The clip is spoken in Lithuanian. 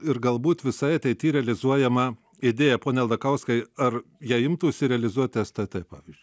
ir galbūt visai ateity realizuojama idėja pone aldakauskai ar ją imtųsi realizuot stt pavyzdžiui